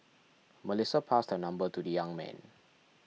Melissa passed her number to the young man